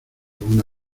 una